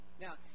Now